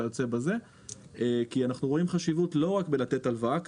כי אנחנו רואים חשיבות לא רק בלתת הלוואה,